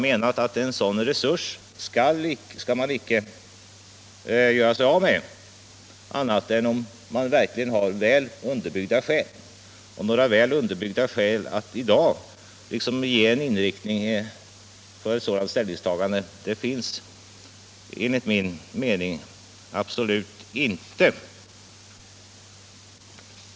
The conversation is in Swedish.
Enligt min mening skall man inte göra sig av med en sådan resurs annat än om man har väl underbyggda skäl till det. Några sådana finns, enligt min mening, absolut inte i dag.